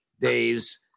days